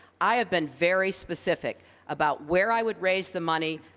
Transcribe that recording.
i have been very specific about where i would raise the money,